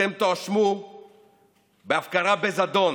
אתם תואשמו בהפקרה בזדון